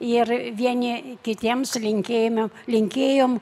ir vieni kitiems linkėjome linkėjom